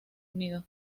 unido